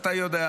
אתה יודע.